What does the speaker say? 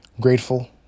grateful